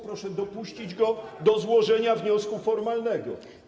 Proszę dopuścić go do złożenia wniosku formalnego.